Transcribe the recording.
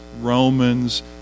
Romans